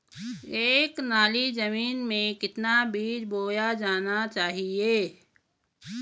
एक नाली जमीन में कितना बीज बोया जाना चाहिए?